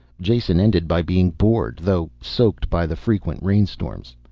jason ended by being bored, though soaked by the frequent rainstorms.